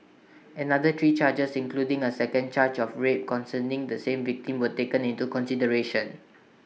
another three charges including A second charge of rape concerning the same victim were taken into consideration